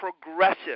progressive